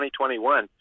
2021